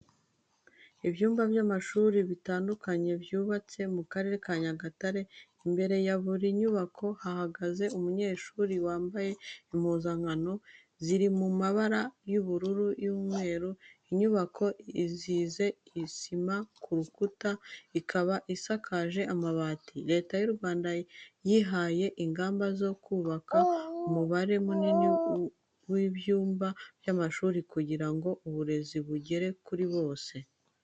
Ibyumba by'amashuri bitatu byubatse mu Karere ka Nyagatare, imbere ya buri cyumba hahagaze umunyeshuri wambaye impuzankano ziri mu mabara y'ubururu n'umweru. Inyubako isize isima ku nkuta, ikaba isakaje amabati. Leta y'u Rwanda yihaye ingamba zo kubaka umubare munini w'ibyumba by'amashuri kugira ngo uburezi bugere kuri bose.